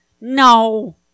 No